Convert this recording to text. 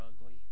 ugly